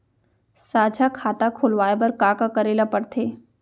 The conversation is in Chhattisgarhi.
साझा खाता खोलवाये बर का का करे ल पढ़थे?